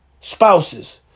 spouses